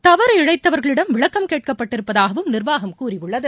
தவறு இழைத்தவர்களிடம் விளக்கம் கேட்கப்பட்டிருப்பதாகவும் நிர்வாகம் கூறியுள்ளது